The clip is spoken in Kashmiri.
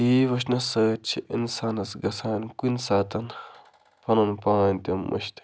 ٹی وی وٕچھنہٕ سۭتۍ چھِ اِنسانَس گژھان کُنہِ ساتَن پَنُن پان تہِ مٔشتٕے